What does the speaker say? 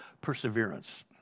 perseverance